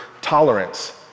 tolerance